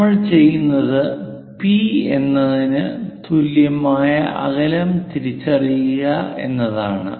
നമ്മൾ ചെയ്യുന്നത് P എന്നതിന് തുല്യമായ അകലം തിരിച്ചറിയുക എന്നതാണ്